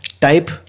type